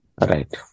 right